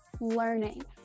learning